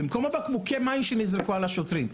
במקום בקבוקי המים שנזרקו על השוטרים.